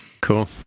cool